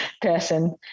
person